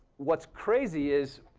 what's crazy is,